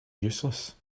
useless